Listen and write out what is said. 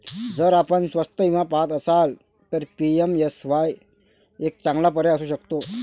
जर आपण स्वस्त विमा पहात असाल तर पी.एम.एस.एम.वाई एक चांगला पर्याय असू शकतो